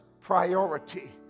priority